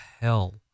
hell